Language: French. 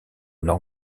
nord